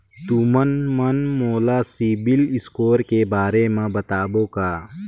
तुमन मन मोला सीबिल स्कोर के बारे म बताबो का?